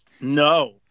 No